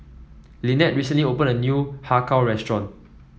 Lynnette recently opened a new Har Kow restaurant